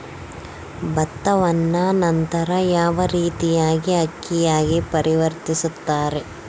ಭತ್ತವನ್ನ ನಂತರ ಯಾವ ರೇತಿಯಾಗಿ ಅಕ್ಕಿಯಾಗಿ ಪರಿವರ್ತಿಸುತ್ತಾರೆ?